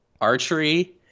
archery